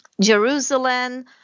Jerusalem